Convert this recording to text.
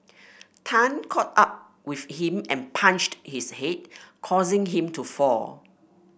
Tan caught up with him and punched his head causing him to fall